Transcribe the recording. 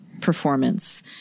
performance